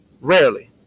Rarely